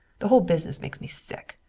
the whole business makes me sick.